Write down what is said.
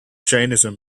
jainism